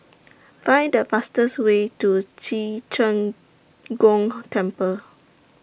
Find The fastest Way to Ci Zheng Gong Temple